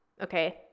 Okay